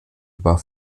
über